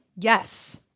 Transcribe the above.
Yes